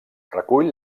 recull